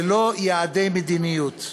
ולא יעדי מדיניות,